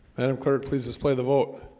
and i'm kirk, please display the vote